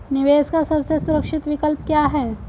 निवेश का सबसे सुरक्षित विकल्प क्या है?